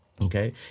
Okay